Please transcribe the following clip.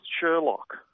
Sherlock